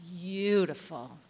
beautiful